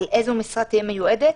על איזו משרה תהיה מיועדת?